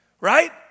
Right